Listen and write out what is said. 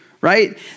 right